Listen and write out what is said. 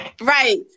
Right